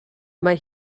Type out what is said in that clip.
mae